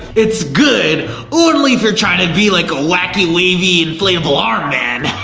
it's good only if you're trying to be like a wacky wavy inflatable arm man.